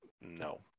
no